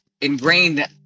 ingrained